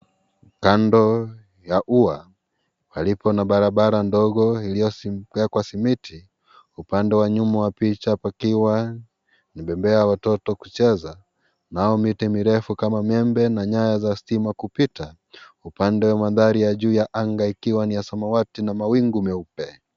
Kando ya ua palipo na barabara, ndogo iliyo zunguka kwa simiti, upande wa nyuma wa picha pakiwa ni bembea ya watoto kucheza nao miti mirefu miembe na nyaya ya stima kupita upande wa mandhari ya juu ya anga ukiwa wa samawati na mawingu nyeupe.